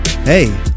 hey